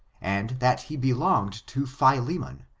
and that he belonged to phileman,